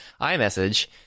iMessage